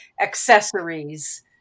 accessories